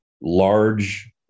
large